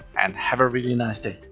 and have a really nice day.